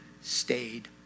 stayed